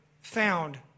found